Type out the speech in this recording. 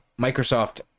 Microsoft